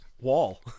wall